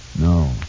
No